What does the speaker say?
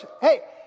hey